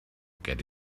get